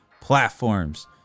platforms